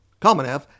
Kamenev